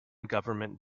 government